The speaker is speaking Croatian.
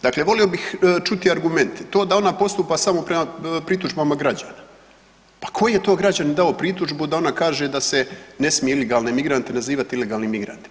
Dakle, volio bih čuti argumente, to da ona postupa samo prema pritužbama građana, pa koji je to građanin dao pritužbu da ona kaže da se ne smije ilegalne migrante nazivati ilegalnim migrantima?